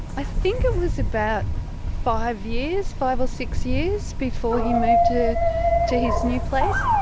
i think it was about five years, five or six years before he moved to to his new place.